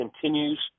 continues